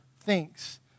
thinks